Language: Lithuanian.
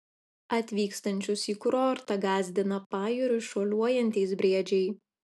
atvykstančius į kurortą gąsdina pajūriu šuoliuojantys briedžiai